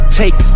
take